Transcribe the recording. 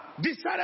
decided